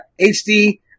HD